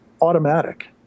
automatic